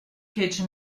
cage